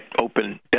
open